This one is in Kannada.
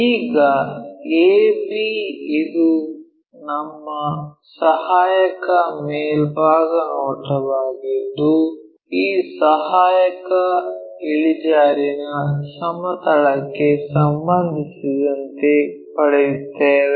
ಈಗ a b ಇದು ನಮ್ಮ ಸಹಾಯಕ ಮೇಲ್ಭಾಗ ನೋಟವಾಗಿದ್ದು ಈ ಸಹಾಯಕ ಇಳಿಜಾರಿನ ಸಮತಲಕ್ಕೆ ಸಂಬಂಧಿಸಿದಂತೆ ಪಡೆಯುತ್ತಿದ್ದೇವೆ